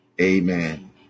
Amen